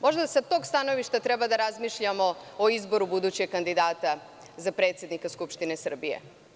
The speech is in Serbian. Možda s tog stanovišta treba da razmišljamo o izboru budućeg kandidata za predsednika Skupštine Srbije.